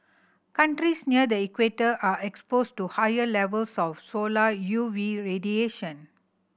countries near the equator are exposed to higher levels of solar U V radiation